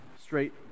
straight